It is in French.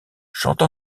chante